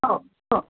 हो हो